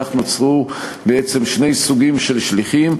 כך נוצרו בעצם שני סוגים של שליחים: